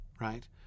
right